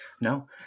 No